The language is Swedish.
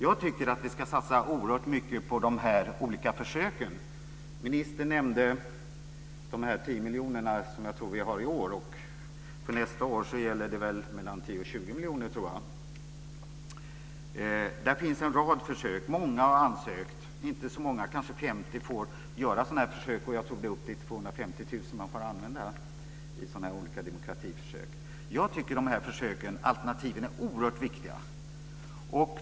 Jag tycker att vi ska satsa oerhört mycket på de här olika försöken. Ministern nämnde de här tio miljoner kronorna som jag tror att vi har i år. För nästa år tror jag att det är mellan tio och tjugo miljoner kronor. Det finns en rad försök. Många har ansökt. Inte så många, kanske femtio, får göra sådana här försök. Jag tror att det är upp till 250 000 kr som man får använda i sådana här olika demokratiförsök. Jag tycker att de här försöken, alternativen, är oerhört viktiga.